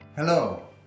Hello